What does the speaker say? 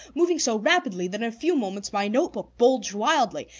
moving so rapidly that in a few moments my notebook bulged widely,